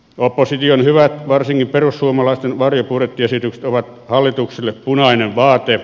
opposition varsinkin perussuomalaisten hyvät varjobudjettiesitykset ovat hallitukselle punainen vaate